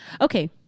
Okay